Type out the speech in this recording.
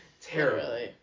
Terrible